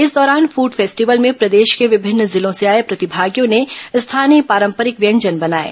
इस दौरान food festival में प्रदेश के विभिन्न जिलों से आए प्रतिभागियों ने स्थानीय पारंपरिक व्यंजन बनाएं